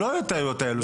שלא יהיו הטעויות האלה,